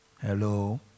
Hello